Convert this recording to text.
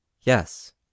Yes